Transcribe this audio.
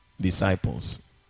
disciples